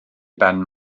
ben